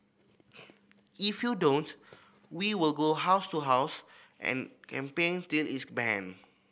if you don't we will go house to house and campaign till it's banned